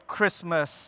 Christmas